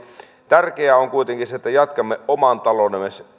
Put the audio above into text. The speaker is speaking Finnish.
tärkeää on kuitenkin se että jatkamme oman taloutemme